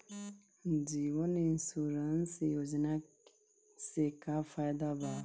जीवन insurance योजना से का फायदा बा?